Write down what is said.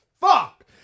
Fuck